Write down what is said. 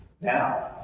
Now